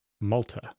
Malta